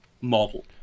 model